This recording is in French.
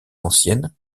anciennes